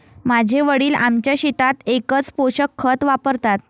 माझे वडील आमच्या शेतात एकच पोषक खत वापरतात